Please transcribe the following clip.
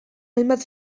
hainbat